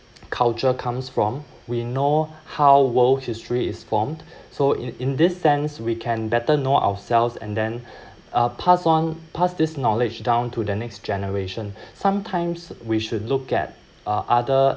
culture comes from we know how world history is formed so in in this sense we can better know ourselves and then uh pass on pass this knowledge down to the next generation sometimes we should look at uh other